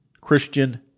Christian